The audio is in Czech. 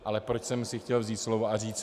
Ale proč jsem si chtěl vzít slovo a říct...